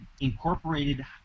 incorporated